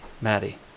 Maddie